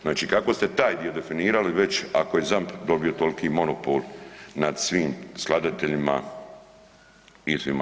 Znači kako ste taj dio definirali već ako je ZAMP dobio toliki monopol nad svim skladateljima i svima.